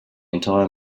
entire